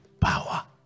power